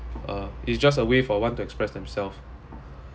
uh it's just a way for one to express himself